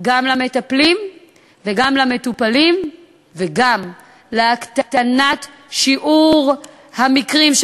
גם למטפלים וגם למטופלים וגם להקטנת שיעור המקרים של,